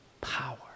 power